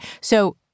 So-